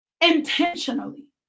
intentionally